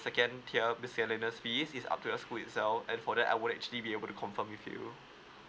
second tier miscellaneous fees is up to your school itself and for that I would actually be able to confirm with you